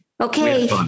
Okay